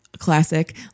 Classic